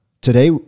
today